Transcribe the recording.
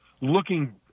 looking